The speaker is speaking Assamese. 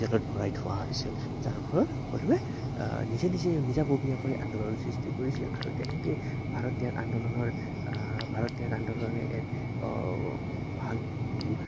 জেলত ভৰাই থোৱা হৈছিল যাৰ ফলত সকলোৱে নিজে নিজে নিজাববীয়াকৈ আন্দোলন সৃষ্টি কৰিছিল আৰু তেনেকৈ ভাৰত ত্যাগ আন্দোলনৰ ভাৰত ত্যাগ আন্দোলনে এক ভাল